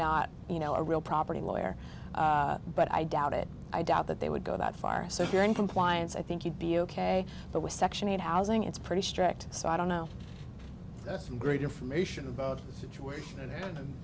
not you know a real property lawyer but i doubt it i doubt that they would go that far so if you're in compliance i think you'd be ok but with section eight housing it's pretty strict so i don't know that's some great information about the situation